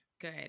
Good